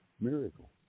miracle